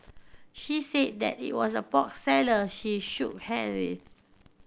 she said that it was a pork seller she shook hand with